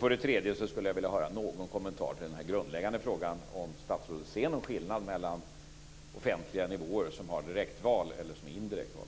För det tredje skulle jag vilja höra någon kommentar till den grundläggande frågan om statsrådet ser någon skillnad mellan de offentliga nivåer som har direktval och de som har indirekta val.